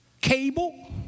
Cable